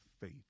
faith